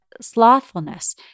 slothfulness